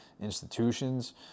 institutions